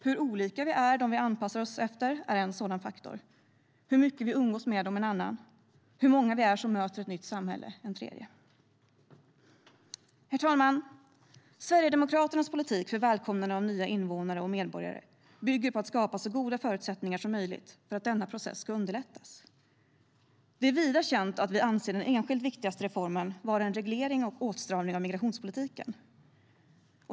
Hur olika vi är dem vi anpassar oss efter är en sådan faktor. Hur mycket vi umgås med dem en annan. Hur många vi är som möter ett nytt samhälle är en tredje. Herr talman! Sverigedemokraternas politik för välkomnande av nya invånare och medborgare bygger på att skapa så goda förutsättningar som möjligt för att denna process ska underlättas. Det är vida känt att vi anser den enskilt viktigaste reformen vara en reglering och åtstramning av migrationspolitiken.